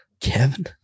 Kevin